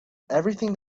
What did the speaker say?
everything